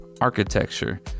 architecture